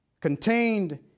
contained